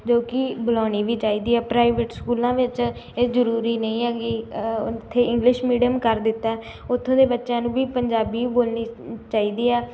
ਜੋ ਕਿ ਬੁਲਾਉਣੀ ਵੀ ਚਾਹੀਦੀ ਹੈ ਪ੍ਰਾਈਵੇਟ ਸਕੂਲਾਂ ਵਿੱਚ ਇਹ ਜ਼ਰੂਰੀ ਨਹੀਂ ਹੈ ਗੀ ਉੱਥੇ ਇੰਗਲਿਸ਼ ਮੀਡੀਅਮ ਕਰ ਦਿੱਤਾ ਉੱਥੋਂ ਦੇ ਬੱਚਿਆਂ ਨੂੰ ਵੀ ਪੰਜਾਬੀ ਬੋਲਣੀ ਚਾਹੀਦੀ ਆ